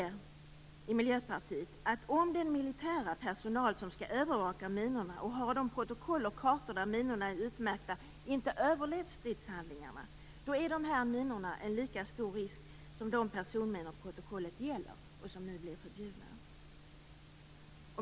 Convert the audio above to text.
Vi i Miljöpartiet anser att om den militära personal som skall övervaka minorna - och som har de protokoll och kartor där minorna är utmärkta - inte överlevt stridshandlingarna, är de här minorna en lika stor risk som de personminor protokollet gäller och som nu blir förbjudna.